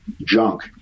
junk